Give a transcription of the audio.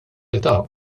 età